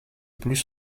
plus